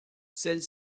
celles